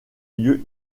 lieux